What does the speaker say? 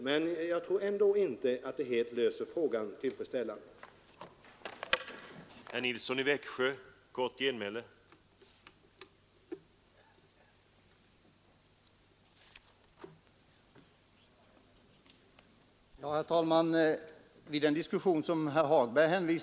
Men jag tror ändå inte att det löser frågan på ett tillfredsställande sätt.